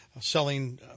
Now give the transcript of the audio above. selling